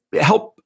help